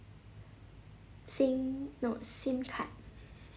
SIM no SIM card